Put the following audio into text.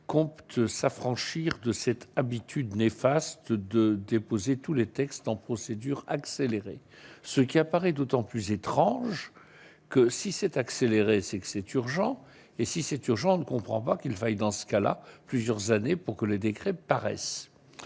compte s'affranchir de cette habitude néfastes de déposer tous les textes en procédure accélérée, ce qui apparaît d'autant plus étrange que si s'est accéléré c'est urgent et si c'est urgent, ne comprend pas qu'il faille dans ce cas-là plusieurs années pour que les décrets paraissent